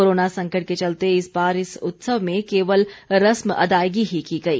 corona संकट के चलते इस बार इस उत्सव में केवल रस्म अदायगी ही की गई